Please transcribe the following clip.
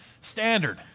standard